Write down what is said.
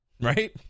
Right